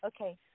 Okay